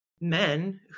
men